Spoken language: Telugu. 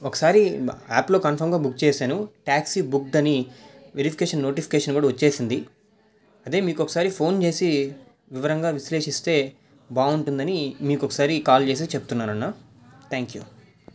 ఒకసారి యాప్లో కన్ఫాంగా బుక్ చేశాను టాక్సీ బుక్డ్ అని వెరిఫికేషన్ నోటిఫికేషన్ కూడా వచ్చింది అదే మీకు ఒకసారి ఫోన్ చేసి వివరంగా విశ్లేషిస్తే బాగుంటుంది అని మీకు ఒకసారి మీకు కాల్ చేసి చెప్తున్నాను అన్న థ్యాంక్ యూ